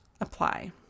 apply